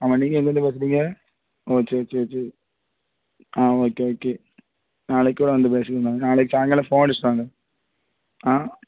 ஆமாம் நீங்கள் எங்கிருந்து பேசுகிறீங்க ஓ சரி சரி சரி ஆ ஓகே ஓகே நாளைக்கு கூட வந்து பேசிக்கோங்க நாளைக்கு சாயங்காலம் ஃபோன் அடிச்சுட்டு வாங்க ஆ